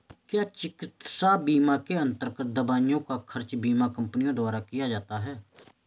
क्या चिकित्सा बीमा के अन्तर्गत दवाइयों का खर्च बीमा कंपनियों द्वारा दिया जाता है?